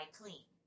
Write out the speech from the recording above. clean